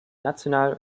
national